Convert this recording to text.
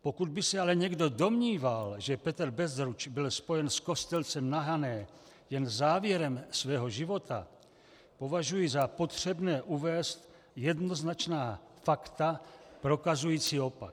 Pokud by se ale někdo domníval, že Petr Bezruč byl spojen s Kostelcem na Hané jen závěrem svého života, považuji za potřebné uvést jednoznačná fakta, prokazující opak.